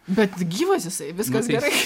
bet gyvas jisai viskas gerai